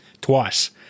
twice